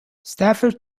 stafford